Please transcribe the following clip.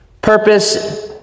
Purpose